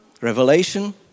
Revelation